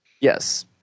Yes